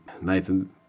Nathan